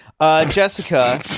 Jessica